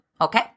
okay